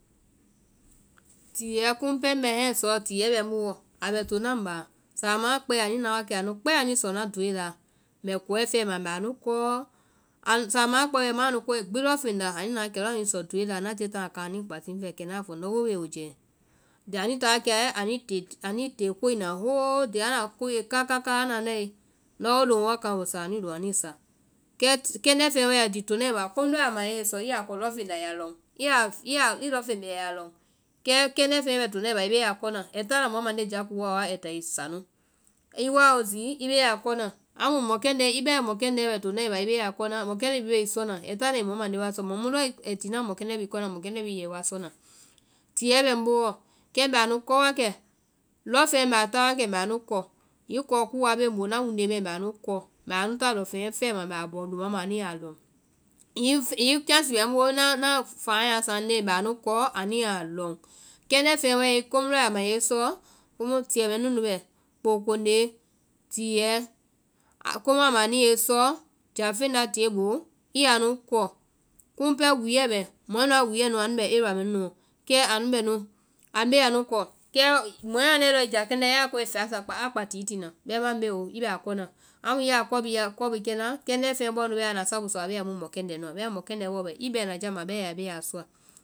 Tiɛɛ kumu pɛɛ mbɛ niyɛ sɔɔ tiɛɛ bɛ ŋ boowɔ, a bɛ tona ŋ báa, samaã kpɛe anu nawa kɛ anu kpɛ́ɛ anuĩ sɔ na doore la, mbɛ kɔɛ fɛma mbɛ anu kɔ, anu-samaã wɛ ma na kɔŋ wɛ gbi lɔŋfeŋ la, anu na wa kɛ lɔɔ anuĩ sɔ doore la na tie táa na kaŋ anui kpatí ŋ fɛ, kɛ na a fɔ ndɔ wo bee woe jɛɛ. Zi anuĩ táa wa kɛɛ anuĩ tee- anuĩ tee koi na whole day, anda koie kakaka anda nae kɛ na a fɔ ndɔ wo loŋ woa kaŋɛ woi sa, anu loŋ anuĩ sa. Kɛ kɛndɛ feŋɛ wae ai ti tona i baa komu lɔɔ yaa ma a yɛi i sɔ, i yaa a kɔ lɔŋfeŋ la ɛ yaa lɔŋ. I yaa i lɔŋfeŋ bee a ye ɛ yaa lɔ, kɛ kɛndɛ fɛɛ bɛ tona i báa i be a kɔna, ai tan mɔ mande jakuɔ wa ai táa ai sa nu. I wao zi i bee a kɔna, amu mɔkɛndɛ́ i bɛɛ mɔkɛndɛ́ bɛ tona i báa i be a kɔna, mɔkɛndɛ́ bhii be i sɔna, ai tana ai mɔ mande wa sɔ, mɔ mu lɔɔ ai tina mɔkɛndɛ́ bhii kɔna mɔkɛndɛ́ bhii yɛ i wa sɔna. Tiɛɛ bɛ ŋ booɔ kɛ mbɛ anu kɔ wa kɛ, lɔŋfeŋɛ mbɛ a taa wakɛ mbɛ anu kɔ. Hiŋi kɔ́ɔ kuwaa be mbɛ ŋ boo, na wunde mae mbɛ anu kɔ, mbɛ anu ta lɔŋfeŋɛ fɛma mbɛ a bɔŋ lumaã ma anu yaa lɔŋ. Hiŋi hiŋi keasi bɛ ŋ booɔ, na na fanya sande mbɛ anu kɔɔ anu yaa lɔŋ, kɛndɛ́ feŋɛ wae komu ya a ma anu yɛi sɔ, komu tiɛ mɛɛ nu nu bɛ, póokonde, tiɛɛ, a- komu a ma anu yɛi sɔɔ, jáfeŋ la tie i boo i yaa anu kɔ, kum pɛɛ wúuɛ bɛ, mɔɛ nua wúuɛ nu anu bɛ area mɛɛ nunuɔ, kɛ anu bɛ nu anu be anu kɔ, kɛ mɔɛ a nae i ja keŋ la ya kɔe fɛa, sakpá a kpati i tina bɛima mbe oo, i bɛ a kɔnu, amu kɔ- kɔ bhii i bɛ a kɔna, kɛndɛ feŋɛ bɔɔ nu bɛɛ anda sabu sɔ a bea mu mɔkɛndɛ́ nuã bɛimã mu mɔkɛndɛ́ɛ bɔɔ bɛ i bɛnaja ma bɛɛ́ a bee a sɔa.